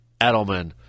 Edelman